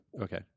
Okay